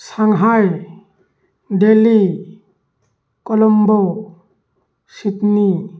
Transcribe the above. Shanghai Delhi Colombo Sydney